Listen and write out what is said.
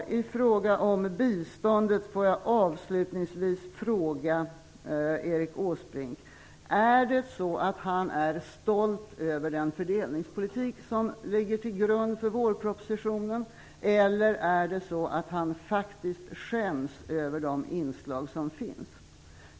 När det gäller biståndet vill jag avslutningsvis fråga Erik Åsbrink: Är han stolt över den fördelningspolitik som ligger till grund för vårpropositionen? Eller är det så att han faktiskt skäms över de inslag som finns i den?